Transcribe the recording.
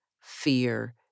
fear